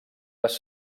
les